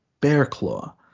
Bearclaw